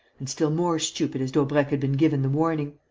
and still more stupid as daubrecq had been given the warning.